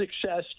success